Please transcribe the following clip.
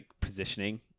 positioning